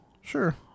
Sure